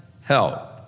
help